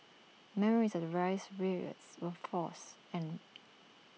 memories and race riots were forth and